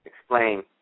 explain